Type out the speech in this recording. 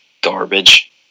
garbage